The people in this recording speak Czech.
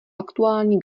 aktuální